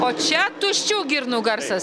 o čia tuščių girnų garsas